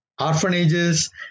orphanages